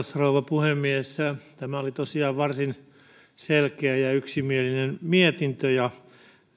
puhemies tämä oli tosiaan varsin selkeä ja yksimielinen mietintö ja